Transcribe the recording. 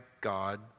God